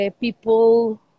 people